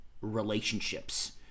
relationships